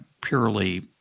purely